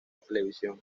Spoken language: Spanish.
televisión